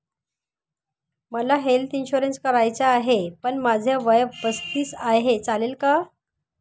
मला health insurance काढायचा आहे पण माझे वय पस्तीस आहे, चालेल का?